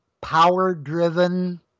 power-driven